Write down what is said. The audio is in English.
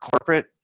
corporate